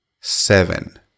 seven